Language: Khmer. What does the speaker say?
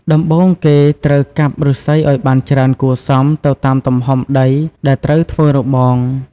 ដំបូងគេត្រូវកាប់ឬស្សីឱ្យបានច្រើនគួរសមទៅតាមទំហំដីដែលត្រូវធ្វើរបង។